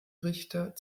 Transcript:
richter